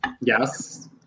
Yes